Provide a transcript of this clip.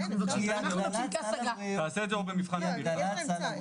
אני לא מבין את האופציה שזה לא יצא לפועל.